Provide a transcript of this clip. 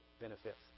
benefits